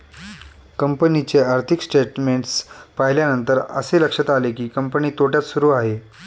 कंपनीचे आर्थिक स्टेटमेंट्स पाहिल्यानंतर असे लक्षात आले की, कंपनी तोट्यात सुरू आहे